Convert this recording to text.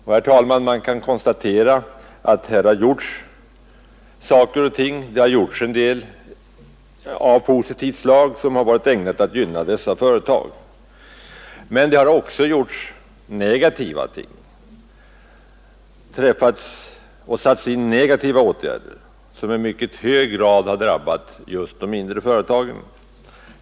Och man kan konstatera, herr talman, att här har gjorts en del av positivt slag som varit ägnat att gynna dessa företag. Men det har också gjorts negativa ting och satts in negativa åtgärder, som i mycket hög grad har drabbat just de mindre företagen.